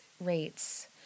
rates